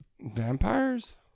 Vampires